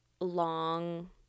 long